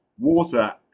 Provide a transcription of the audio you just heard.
Water